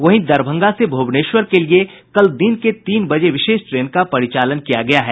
वहीं दरभंगा से भुवनेश्वर के लिए कल दिन के तीन बजे विशेष ट्रेन का परिचालन किया गया है